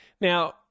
Now